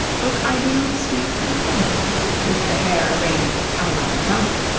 look ideally sweet and feminine with the hair arranged a la madonna.